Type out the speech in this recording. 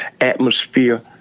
atmosphere